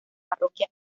parroquia